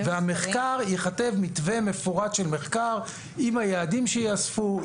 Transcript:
ייכתב מתווה מפורט של מחקר עם היעדים שייאספו,